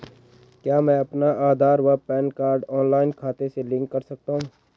क्या मैं अपना आधार व पैन कार्ड ऑनलाइन खाते से लिंक कर सकता हूँ?